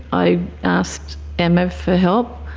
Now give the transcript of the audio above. i asked emma for help.